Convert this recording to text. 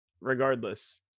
regardless